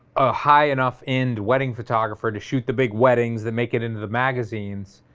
a high enough end wedding photographer, to shoot the big weddings that make it into the magazines,